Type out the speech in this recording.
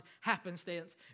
happenstance